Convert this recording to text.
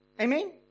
Amen